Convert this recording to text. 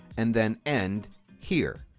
and then end here.